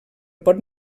pot